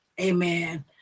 Amen